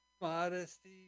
Modesty